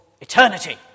Eternity